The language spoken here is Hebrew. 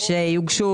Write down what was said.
המסמכים שיוגשו,